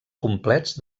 complets